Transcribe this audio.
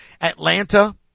Atlanta